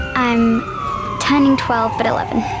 i'm turning twelve but eleven.